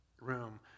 room